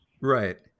Right